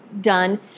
done